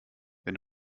wenn